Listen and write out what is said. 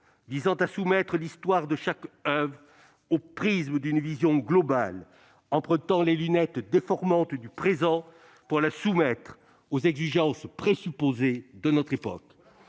visant à soumettre l'histoire de chaque oeuvre au prisme d'une vision globale empruntant les lunettes déformantes du présent pour la soumettre aux exigences présupposées de notre époque.